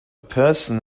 person